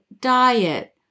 diet